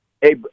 hey